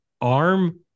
arm